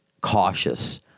cautious